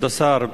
כבוד השר,